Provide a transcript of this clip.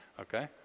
okay